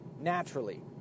naturally